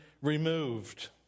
removed